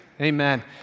Amen